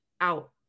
out